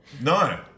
No